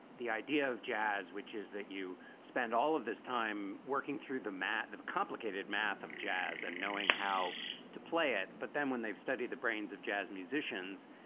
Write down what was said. the idea of jazz, which is that you spend all of this time working through the math of complicated math of jazz and knowing how to play it. but then when they've studied the brains of jazz musicians,